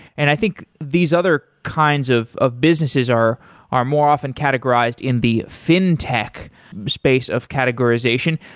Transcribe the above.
and i think these other kinds of of businesses are are more often categorized in the fintech space of categorization.